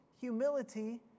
humility